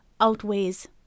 outweighs